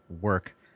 work